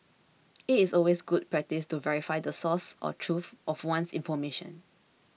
it is always good practice to verify the source or truth of one's information